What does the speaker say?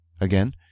Again